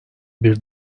bir